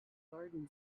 garden